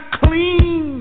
clean